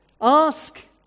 ask